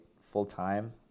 full-time